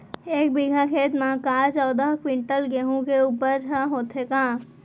एक बीघा खेत म का चौदह क्विंटल गेहूँ के उपज ह होथे का?